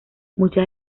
muchas